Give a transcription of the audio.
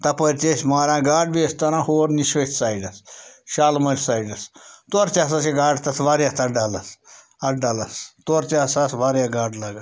تَپٲرۍ تہِ ٲسۍ ماران گاڈٕ بیٚیہِ ٲسۍ تَران ہور نِشٲطۍ سایڈَس شالمٲرۍ سایڈَس تورٕ تہِ ہَسا چھِ گاڈٕ تَتھ واریاہ تَتھ ڈَلَس اَتھ ڈَلَس تورٕ تہِ ہَسا آسہٕ واریاہ گاڈٕ لَگان